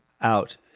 out